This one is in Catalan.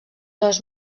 dos